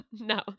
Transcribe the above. no